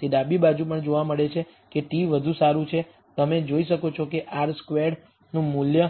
તે ડાબી બાજુ પણ જોવા મળે છે કે t વધુ સારું છે તમે જોઈ શકો છો કે r સ્ક્વેર્ડનું મૂલ્ય